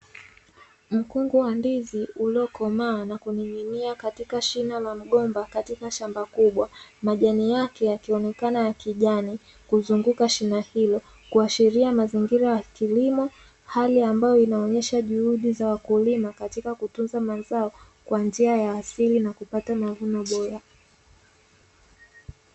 Mkungu wa ndizi uliokomaa na kuning'inia katika shina la mgomba katika shamba kubwa, majani yake yakionekana ya kijani kuzunguka shina hilo kuashiria mazingira ya kilimo. Hali ambayo inaonyesha juhudi za wakulima katika kutunza mazao kwa njia ya asili na kupata mavuno bora.